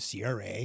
CRA